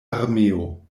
armeo